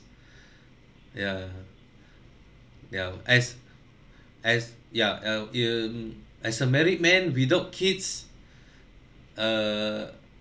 ya ya as as ya uh in as a married man without kids err